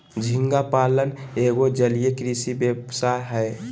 झींगा पालन एगो जलीय कृषि व्यवसाय हय